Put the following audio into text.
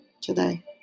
today